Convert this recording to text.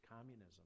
communism